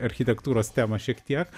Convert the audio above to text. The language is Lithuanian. architektūros temą šiek tiek